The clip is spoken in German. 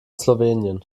slowenien